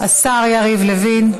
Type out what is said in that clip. השר יריב לוין,